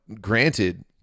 granted